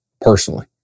personally